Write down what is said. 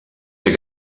ser